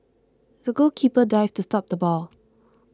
the goalkeeper dived to stop the ball